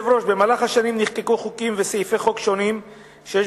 השנים נחקקו חוקים וסעיפי חוק שונים שיש